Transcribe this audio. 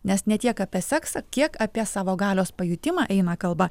nes ne tiek apie seksą kiek apie savo galios pajutimą eina kalba